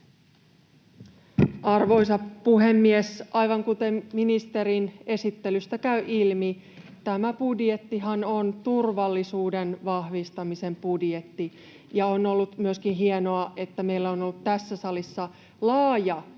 Arvoisa puhemies! Aivan kuten ministerin esittelystä käy ilmi, tämä budjettihan on turvallisuuden vahvistamisen budjetti. On ollut hienoa myöskin, että meillä on ollut tässä salissa laaja